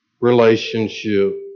relationship